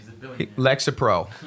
Lexapro